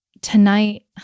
tonight